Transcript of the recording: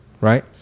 right